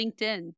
LinkedIn